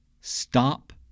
stop